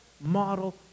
model